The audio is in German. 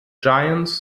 giants